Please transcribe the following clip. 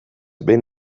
behin